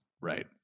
Right